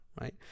right